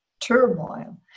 turmoil